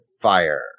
Fire